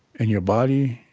and your body,